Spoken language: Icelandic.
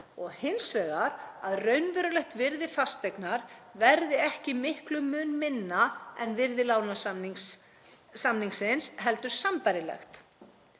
og hins vegar að raunverulegt virði fasteignar verði ekki miklu minna en virði lánasamningsins heldur sambærilegt.